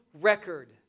record